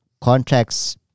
contracts